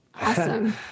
Awesome